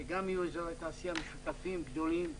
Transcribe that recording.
שגם יהיו אזורי תעשייה משותפים, גדולים,